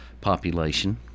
population